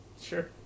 Sure